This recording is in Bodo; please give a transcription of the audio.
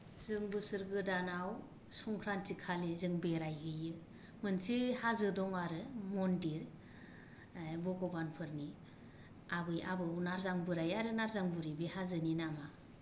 जों बोसोर गोदानाव संक्रान्तिखालि जों बेरायहैयो मोनसे हाजो दं आरो मन्दिर भगबानफोरनि आबै आबौ नारजां बोराय आरो नारजां बुरै बे हाजोनि नामा